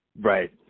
Right